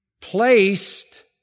placed